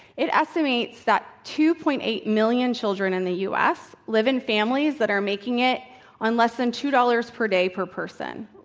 it estimates that two. eight million children in the u. s. live in families that are making it on less than two dollars per day per person